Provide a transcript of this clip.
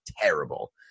terrible